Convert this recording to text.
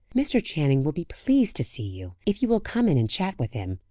mr. channing will be pleased to see you, if you will come in and chat with him.